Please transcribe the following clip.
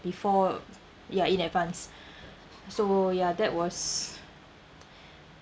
before ya in advance so ya that was